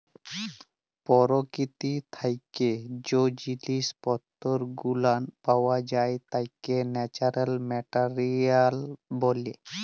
পরকীতি থাইকে জ্যে জিনিস পত্তর গুলান পাওয়া যাই ত্যাকে ন্যাচারাল মেটারিয়াল ব্যলে